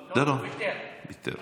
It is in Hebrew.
ויתר,